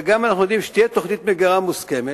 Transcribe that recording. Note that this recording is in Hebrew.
וגם אם אנחנו יודעים שתהיה תוכנית מגירה מוסכמת,